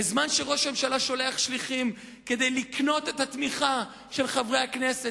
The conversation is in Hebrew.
בזמן שראש הממשלה שולח שליחים כדי לקנות את התמיכה של חברי הכנסת,